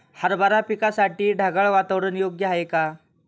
हरभरा पिकासाठी ढगाळ वातावरण योग्य आहे का?